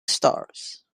stars